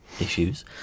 issues